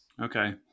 Okay